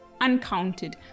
uncounted